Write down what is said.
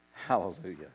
Hallelujah